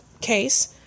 case